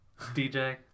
DJ